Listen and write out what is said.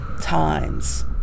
times